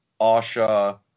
Asha